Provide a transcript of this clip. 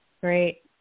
Great